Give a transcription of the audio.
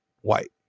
white